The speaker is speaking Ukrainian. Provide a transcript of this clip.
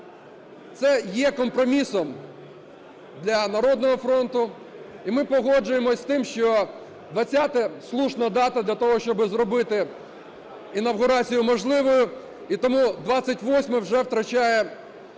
Це є компромісом для "Народного фронту". І ми погоджуємось з тим, що 20-е - слушна дата для того, щоб зробити інавгурацію можливою. І тому 28-е вже втрачає свою